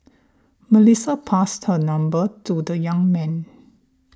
Melissa passed her number to the young man